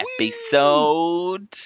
episode